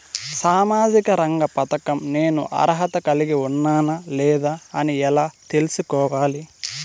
సామాజిక రంగ పథకం నేను అర్హత కలిగి ఉన్నానా లేదా అని ఎలా తెల్సుకోవాలి?